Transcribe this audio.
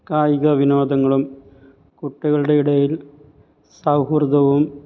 കായിക വിനോദങ്ങളും കുട്ടികളുടെ ഇടയിൽ സൗഹൃദവും